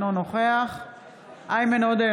אינו נוכח איימן עודה,